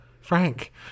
Frank